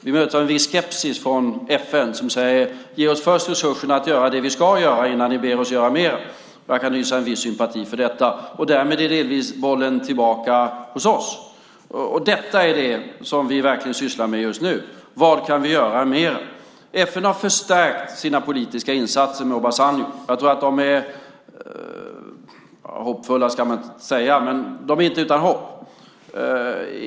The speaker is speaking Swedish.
Vi möttes av en skepsis från FN, som säger: Ge oss först resurserna att göra det vi ska göra innan ni ber oss att göra mer! Jag kan hysa en viss sympati för detta. Därmed är delvis bollen tillbaka hos oss. Detta är det som vi verkligen sysslar med just nu. Vad kan vi göra mer? FN har förstärkt sina politiska insatser med Obasanjo. Jag tror att de är - hoppfulla ska man inte säga, men de är inte utan hopp.